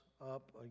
up